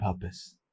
purpose